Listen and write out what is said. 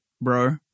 bro